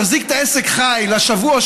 שיחזיקו את העסק חי לשבוע,